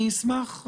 נשמח.